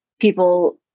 people